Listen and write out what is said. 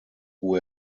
who